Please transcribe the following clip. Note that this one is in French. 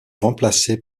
remplacé